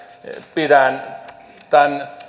pidän tämän